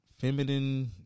feminine